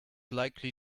likely